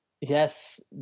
yes